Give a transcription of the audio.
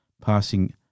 passing